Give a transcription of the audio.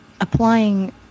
applying